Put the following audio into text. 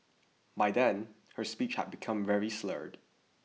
by then her speech had become very slurred